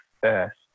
first